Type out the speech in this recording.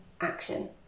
action